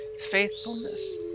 faithfulness